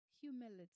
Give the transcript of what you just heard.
Humility